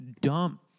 dumb